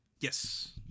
yes